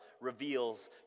reveals